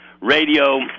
radio